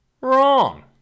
wrong